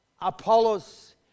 Apollos